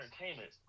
entertainment